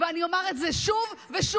ואני אומר את זה שוב ושוב.